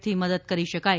થી મદદ કરી શકાય